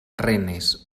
rennes